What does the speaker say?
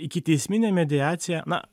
ikiteisminė mediacija na